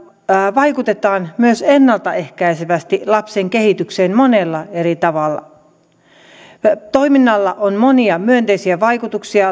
vaikutetaan myös ennalta ehkäisevästi lapsen kehitykseen monella eri tavalla toiminnalla on monia myönteisiä vaikutuksia